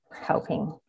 helping